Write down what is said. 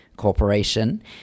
corporation